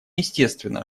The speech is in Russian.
естественно